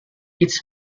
its